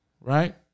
Right